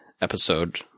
episode